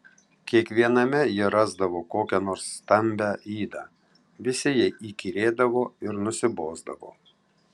kiekviename ji rasdavo kokią nors stambią ydą visi jai įkyrėdavo ir nusibosdavo